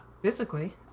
physically